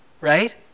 right